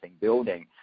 building